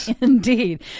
Indeed